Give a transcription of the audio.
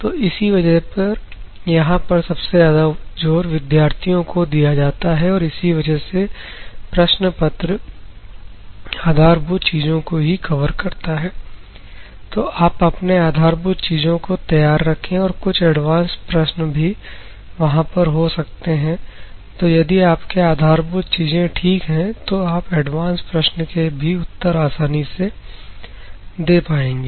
तो इसी वजह से यहां पर सबसे ज्यादा जोर विद्यार्थियों को दिया जाता है और इसी वजह से प्रश्न पत्र आधारभूत चीजों को ही कवर करता है तो आप अपने आधारभूत चीजों को तैयार रखें और कुछ एडवांस्ड प्रश्न भी वहां पर हो सकते हैं तो यदि आपके आधारभूत चीजें ठीक है तो आप एडवांस्ड प्रश्न के भी उत्तर आसानी से दे पाएंगे